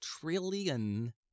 trillion